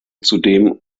zudem